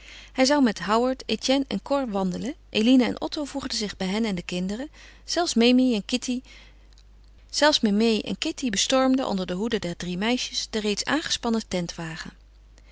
hij zou met howard etienne en cor wandelen eline en otto voegden zich bij hen en de kinderen zelfs memée en kitty bestormden onder de hoede der drie meisjes den reeds aangespannen